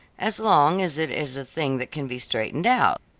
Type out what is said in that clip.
as long as it is a thing that can be straightened out.